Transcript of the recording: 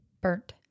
burnt